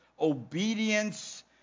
obedience